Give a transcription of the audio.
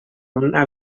una